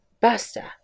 Basta